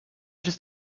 just